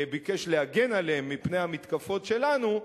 ביקש להגן עליהם מפני המתקפות שלנו,